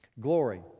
glory